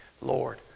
Lord